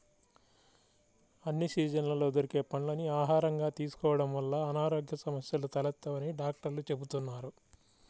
అన్ని సీజన్లలో దొరికే పండ్లని ఆహారంగా తీసుకోడం వల్ల అనారోగ్య సమస్యలు తలెత్తవని డాక్టర్లు చెబుతున్నారు